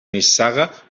nissaga